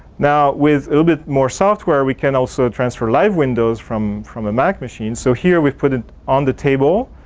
now, with a little bit more software, we can also transfer live windows from a from a mac machine. so, here we put it on the table.